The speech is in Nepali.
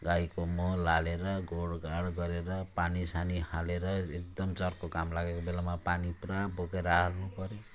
गाईको मल हालेर गोढ्गाढ् गरेर पानी सानी हालेर एकदम चर्को घाम लागेको बेलामा पानी पुरा बोकेर हाल्नु पर्यो